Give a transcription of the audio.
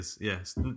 yes